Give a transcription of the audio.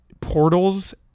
portals